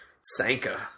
Sanka